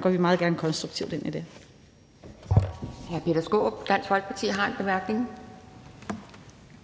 går vi meget gerne konstruktivt ind i det.